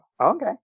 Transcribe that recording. okay